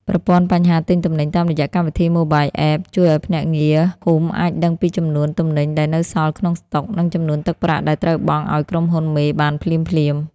ប្រព័ន្ធបញ្ជាទិញទំនិញតាមរយៈកម្មវិធី Mobile App ជួយឱ្យភ្នាក់ងារភូមិអាចដឹងពីចំនួនទំនិញដែលនៅសល់ក្នុងស្តុក និងចំនួនទឹកប្រាក់ដែលត្រូវបង់ឱ្យក្រុមហ៊ុនមេបានភ្លាមៗ។